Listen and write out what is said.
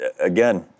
again